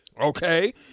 okay